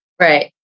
Right